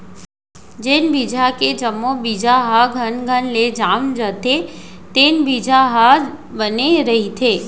जेन बिजहा के जम्मो बीजा ह घनघन ले जाम जाथे तेन बिजहा ह बने रहिथे